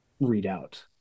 readout